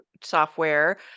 software